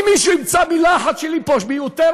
אם מישהו ימצא מילה אחת שלי פה מיותרת,